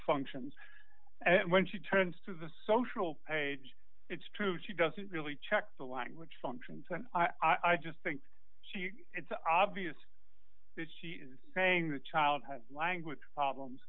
functions and when she turns to the social page it's true she doesn't really check the language function ten i just think it's obvious that she is saying the child has language problems